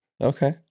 Okay